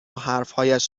حرفهایش